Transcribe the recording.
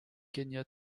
kenya